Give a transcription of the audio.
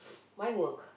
my work